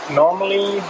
normally